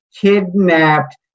kidnapped